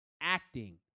Acting